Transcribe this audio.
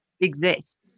exists